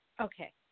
Okay